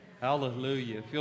Hallelujah